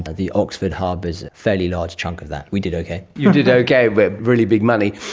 but the oxford hub is a fairly large chunk of that, we did okay. you did okay, with really big money.